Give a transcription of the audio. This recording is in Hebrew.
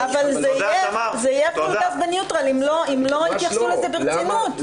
אבל זה יהיה פול גז בניוטרל אם לא יתייחסו לזה ברצינות.